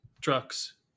trucks